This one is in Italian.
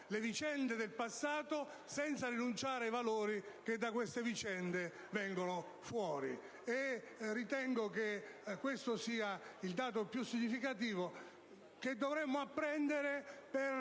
le vicende del passato, senza rinunciare ai valori che da esse emergono. Ritengo che questo sia il dato più significativo, che dovremmo apprendere